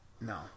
No